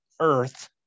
Earth